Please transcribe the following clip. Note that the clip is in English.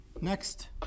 next